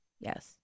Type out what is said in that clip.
Yes